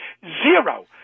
Zero